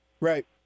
Right